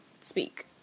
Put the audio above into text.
speak